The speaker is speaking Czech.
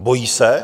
Bojí se?